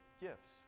gifts